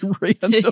random